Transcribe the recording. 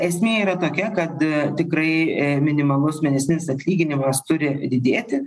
esmė yra tokia kad tikrai minimalus mėnesinis atlyginimas turi didėti